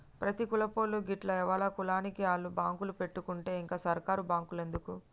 ప్రతి కులపోళ్లూ గిట్ల ఎవల కులానికి ఆళ్ల బాంకులు పెట్టుకుంటే ఇంక సర్కారు బాంకులెందుకు